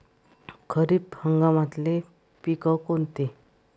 खरीप हंगामातले पिकं कोनते?